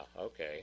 okay